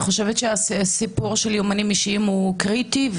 אני חושבת שהסיפור של יומנים אישיים הוא קריטי,